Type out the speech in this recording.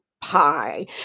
pie